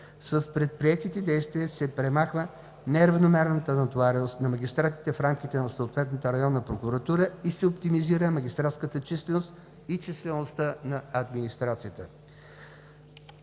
С предприетите действия се премахва неравномерната натовареност на магистратите в рамките на съответната районна прокуратура и се оптимизира магистратската численост и числеността на администрацията.